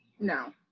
No